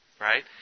right